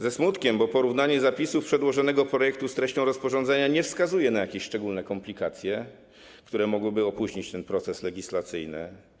Ze smutkiem, bo porównanie zapisów przedłożonego projektu z treścią rozporządzenia nie wskazuje na jakieś szczególne komplikacje, które mogłyby opóźnić ten proces legislacyjny.